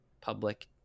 public